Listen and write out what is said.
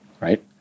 right